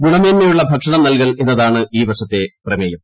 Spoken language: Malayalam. ഗുണമേന്മയുള്ള ഭക്ഷണം നൽകൽ എന്നതാണ് ഈ വർഷത്തെ പ്രമേയം